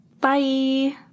Bye